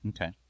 Okay